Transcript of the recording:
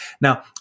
Now